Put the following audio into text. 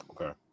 Okay